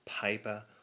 paper